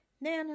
Nana